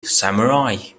samurai